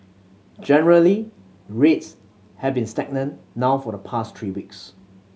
generally rates have been stagnant now for the past three weeks